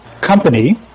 company